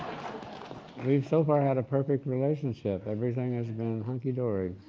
we've so far had a perfect relationship, everything has been hunky-dory.